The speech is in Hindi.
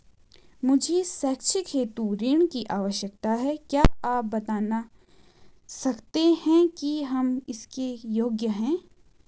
मुझे शैक्षिक हेतु ऋण की आवश्यकता है क्या आप बताना सकते हैं कि हम इसके योग्य हैं?